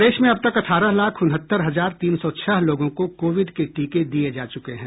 प्रदेश में अब तक अठारह लाख उनहत्तर हजार तीन सौ छह लोगों को कोविड के टीके दिये जा चुके हैं